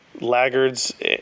laggards